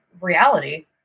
reality